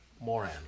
Moran